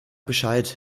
bescheid